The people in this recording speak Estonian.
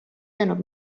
löönud